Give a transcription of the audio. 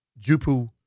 Jupu